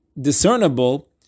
discernible